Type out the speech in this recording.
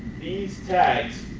these tags